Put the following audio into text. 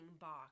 box